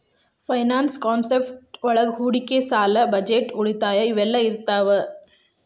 finance concept ಒಳಗ ಹೂಡಿಕಿ ಸಾಲ ಬಜೆಟ್ ಉಳಿತಾಯ ಇವೆಲ್ಲ ಇರ್ತಾವ